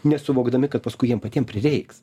nesuvokdami kad paskui jiem patiem prireiks